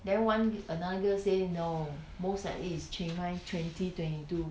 then one another year say no most likely is chiangmai twenty twenty two